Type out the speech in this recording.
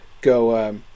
go